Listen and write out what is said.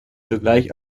zugleich